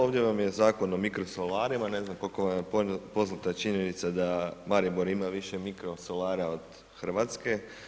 Ovdje vam je Zakon o mikrosolarima, ne znam koliko vam je poznata činjenica, da Maribor ima više mikrosolara od Hrvatske.